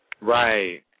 Right